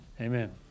Amen